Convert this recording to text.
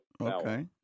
Okay